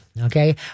Okay